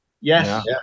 Yes